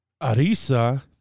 Arisa